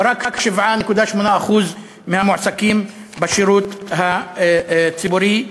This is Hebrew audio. ורק 7.8% מהמועסקים בשירות הציבורי,